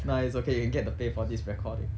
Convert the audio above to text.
nah it's okay you can get the pay for this recording